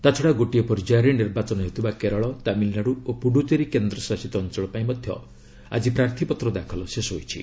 ତା'ଛଡ଼ା ଗୋଟିଏ ପର୍ଯ୍ୟାୟରେ ନିର୍ବାଚନ ହେଉଥିବା କେରଳ ତାମିଲନାଡୁ ଓ ପୁଡୁଚେରୀ କେନ୍ଦ୍ରଶାସିତ ଅଞ୍ଚଳ ପାଇଁ ମଧ୍ୟ ଆଳି ପ୍ରାର୍ଥୀପତ୍ର ଦାଖଲ ଶେଷ ହୋଇଛି